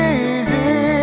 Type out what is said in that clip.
easy